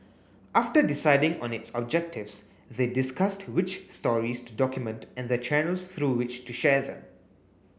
after deciding on its objectives they discussed which stories to document and the channels through which to share them